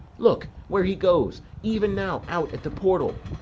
look, where he goes, even now out at the portal!